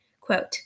Quote